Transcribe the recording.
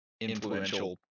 influential